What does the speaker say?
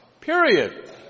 Period